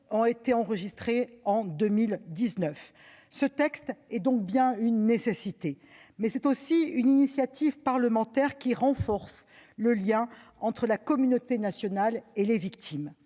ont été enregistrées en 2019. Ce texte est donc bien une nécessité, mais c'est aussi une initiative parlementaire qui renforce le lien entre la communauté nationale et les victimes.